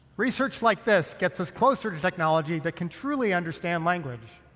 research like this gets us closer to technology that can truly understand language.